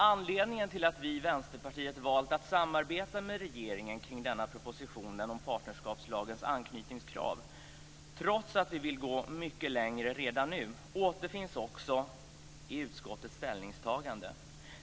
Anledningen till att vi i Vänsterpartiet valt att samarbeta med regeringen kring denna proposition om partnerskapslagens anknytningskrav trots att vi vill gå mycket längre redan nu återfinns också i utskottets ställningstagande.